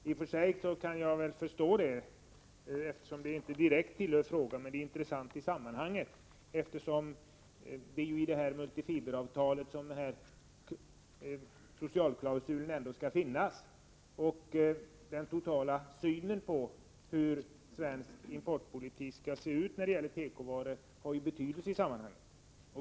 I och för sig kan jag förstå det, eftersom det inte direkt hör till saken, men det är intressant i sammanhanget, eftersom det bör finnas ett multifiberavtal och en socialklausul. Den totala synen på den svenska importpolitiken på tekovaruområdet har ju betydelse i sammanhanget.